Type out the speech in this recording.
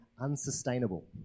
unsustainable